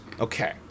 Okay